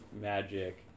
magic